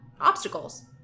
obstacles